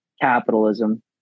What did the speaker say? capitalism